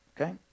Okay